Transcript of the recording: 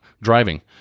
driving